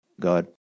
God